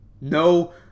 no